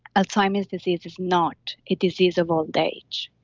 alzheimer's disease is not a disease of old age,